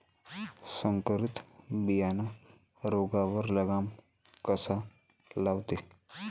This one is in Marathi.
संकरीत बियानं रोगावर लगाम कसा लावते?